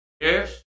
Yes